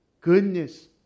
goodness